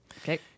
okay